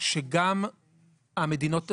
שגם המדינות,